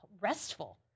restful